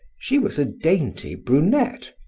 she was a dainty brunette,